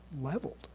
leveled